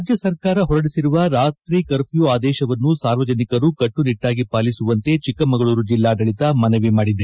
ರಾಜ್ಯ ಸರ್ಕಾರ ಹೊರಡಿಸಿರುವ ರಾತ್ರಿ ಕರ್ಫ್ಯೂ ಅದೇಶವನ್ನು ಸಾರ್ವಜನಿಕರು ಕಟ್ಟು ನಿಟ್ಟಾಗಿ ಪಾಲಿಸುವಂತೆ ಚಿಕ್ಕಮಗಳೂರು ಜೆಲ್ಲಾಡಳಿತ ಮನವಿ ಮಾಡಿದೆ